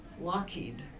Lockheed